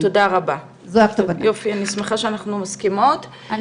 תודה רבה, אני שמחה שאנחנו מסכימות.